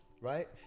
right